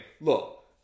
look